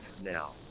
now